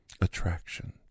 attraction